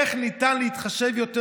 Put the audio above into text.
שלמה הלל שואל: איך ניתן להתחשב יותר